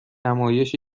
نمایش